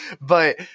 but-